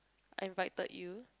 I invited you